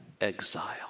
exile